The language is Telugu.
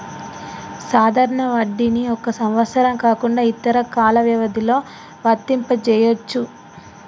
సాధారణ వడ్డీని ఒక సంవత్సరం కాకుండా ఇతర కాల వ్యవధిలో వర్తింపజెయ్యొచ్చు